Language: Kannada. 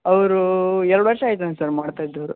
ಅವ್ರು ಎರಡು ವರ್ಷ ಆಯ್ತ ಅಂತ ಸರ್ ಮಾಡ್ತಾ ಇದ್ದೋರು